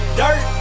dirt